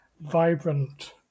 vibrant